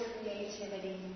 creativity